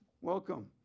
Welcome